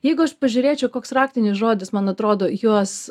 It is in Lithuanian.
jeigu aš pažiūrėčiau koks raktinis žodis man atrodo juos